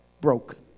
broken